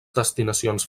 destinacions